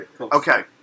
Okay